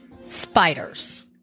Spiders